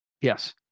yes